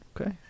okay